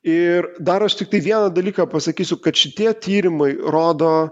ir dar aš tiktai vieną dalyką pasakysiu kad šitie tyrimai rodo